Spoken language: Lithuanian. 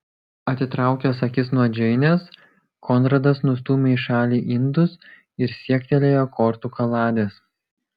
atitraukęs akis nuo džeinės konradas nustūmė į šalį indus ir siektelėjo kortų kaladės